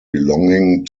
belonging